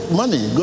money